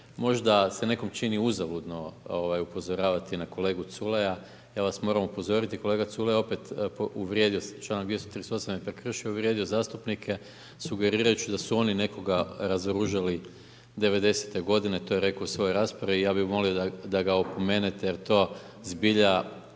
možda se nekom čini uzaludno upozoravati na kolegu Culeja, ja vas moram upozoriti kolega Culej je opet uvrijedio čl. 238. prekršio i uvrijedio zastupnike sugerirajući da su oni nekoga razoružali 90-te godine, to je rako u svojoj raspravi. I ja bih volio da ga opomenete jer to zbilja